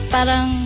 Parang